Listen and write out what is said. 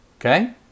Okay